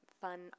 fun